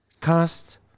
cast